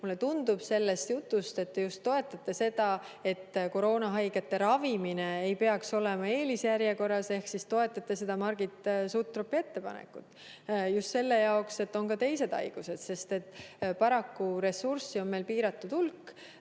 Mulle tundub selle jutu põhjal, et te just toetate seda, et koroonahaigete ravimine ei peaks olema eelisjärjekorras. Ehk te siis toetate Margit Sutropi ettepanekut – just sel põhjusel, et on ka teised haigused. Paraku ressurssi on meil piiratud hulk